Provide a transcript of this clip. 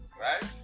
Right